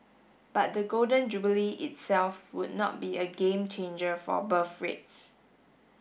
but the Golden Jubilee itself would not be a game changer for birth rates